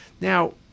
Now